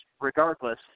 regardless